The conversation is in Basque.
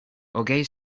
hogei